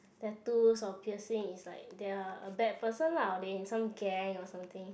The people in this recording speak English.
tattoos or piercings is like they are a bad person lah or they in some gang or something